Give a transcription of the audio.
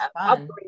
upgrade